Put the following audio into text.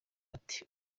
ati